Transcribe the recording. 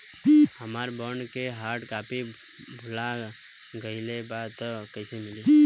हमार बॉन्ड के hard copy भुला गएलबा त कैसे मिली?